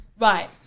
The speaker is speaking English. Right